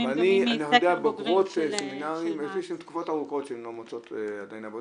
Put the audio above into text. שיהיו מוכנות ככל הניתן לשוק התעסוקה לשם השתלבות מיטבית.